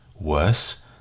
Worse